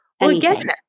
Again